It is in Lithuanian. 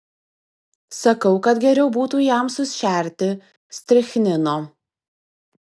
sakau kad geriau būtų jam sušerti strichnino